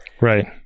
right